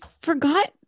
forgot